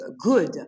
good